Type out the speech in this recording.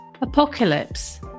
Apocalypse